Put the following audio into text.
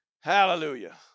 Hallelujah